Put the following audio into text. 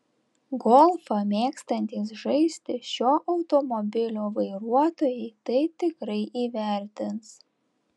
golfą mėgstantys žaisti šio automobilio vairuotojai tai tikrai įvertins